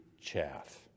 chaff